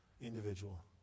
individual